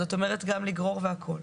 זאת אומרת, גם לגרור והכול.